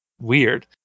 weird